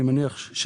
אני מניח,